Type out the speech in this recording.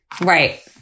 Right